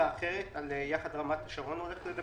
עמותת יחד רמת השרון.